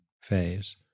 phase